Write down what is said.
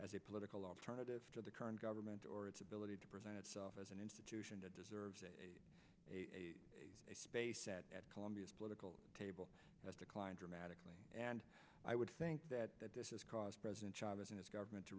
as a political alternative to the current government or its ability to present itself as an institution that deserves a a a space at columbia's political table has declined dramatically and i would think that this is cause president chavez and his government to